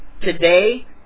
today